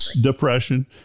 depression